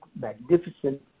magnificent